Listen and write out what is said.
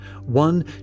One